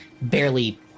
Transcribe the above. barely